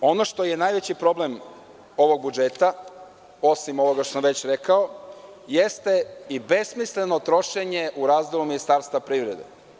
Međutim, ono što je najveći problem ovog budžeta, osim ovoga što sam već rekao, jeste i besmisleno trošenje u razdelu Ministarstva privrede.